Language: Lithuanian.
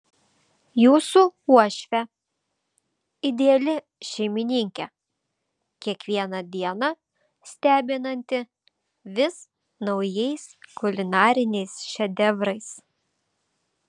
jūsų uošvė ideali šeimininkė kiekvieną dieną stebinanti vis naujais kulinariniais šedevrais